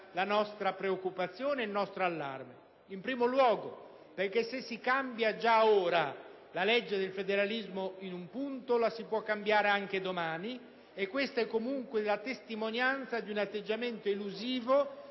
la nostra preoccupazione e il nostro allarme. In primo luogo, se si cambia già da ora la legge sul federalismo in un punto, la si potrà cambiare anche domani, ed è comunque questa la testimonianza di un atteggiamento elusivo